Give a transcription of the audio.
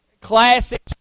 classic